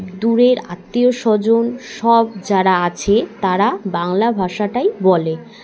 দূরের আত্মীয় স্বজন সব যারা আছে তারা বাংলা ভাষাটাই বলে